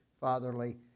fatherly